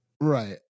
right